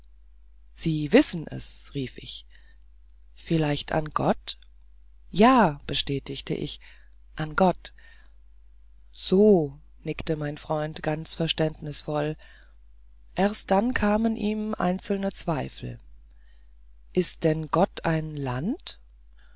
sie wissen es rief ich vielleicht an gott ja bestätigte ich an gott so nickte mein freund ganz verständnisvoll erst dann kamen ihm einzelne zweifel ist denn gott ein land